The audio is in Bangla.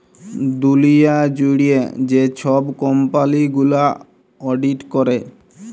দুঁলিয়া জুইড়ে যে ছব কম্পালি গুলা অডিট ক্যরে